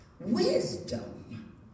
Wisdom